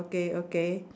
okay okay